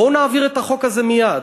בואו נעביר את החוק הזה מייד.